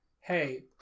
hey